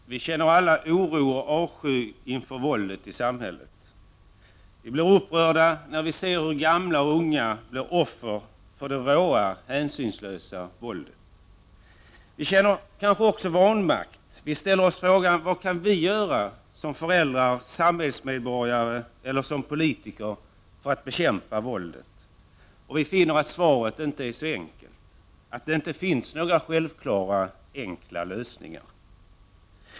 Herr talman! Vi känner alla oro och avsky inför våldet i samhället. Vi blir upprörda när vi ser hur gamla och unga blir offer för det råa, hänsynslösa våldet. Kanske känner vi också vanmakt. Vi ställer oss frågan: Vad kan vi, som föräldrar, samhällsmedborgare eller politiker, göra för att bekämpa våldet? Och vi finner att svaret inte är så enkelt, att det inte finns några självklara, enkla lösningar.